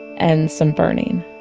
and some burning